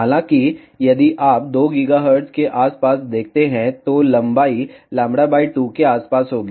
हालाँकि यदि आप 2 GHz के आसपास देखते हैं तो लंबाई λ 2 के आसपास होगी